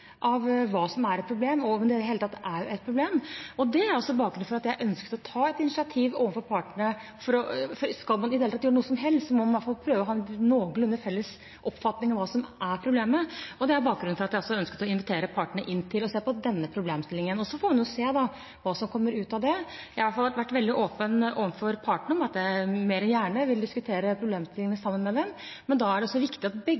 av hva som er et problem – og om det i det hele tatt er et problem. Det er altså bakgrunnen for at jeg ønsket å ta et initiativ overfor partene. Skal man i det hele tatt gjøre noe som helst, må man prøve å ha en noenlunde felles oppfatning av hva som er problemet. Det er bakgrunnen for at jeg ønsket å invitere partene til å se på denne problemstillingen. Vi får se hva som kommer ut av det. Jeg har i hvert fall vært veldig åpen overfor partene om at jeg mer enn gjerne vil diskutere problemstillingene sammen med dem, men da er det viktig at begge